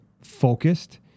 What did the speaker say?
focused